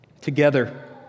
together